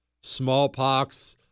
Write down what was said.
Smallpox